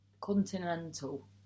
Continental